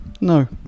No